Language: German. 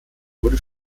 wurde